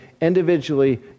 individually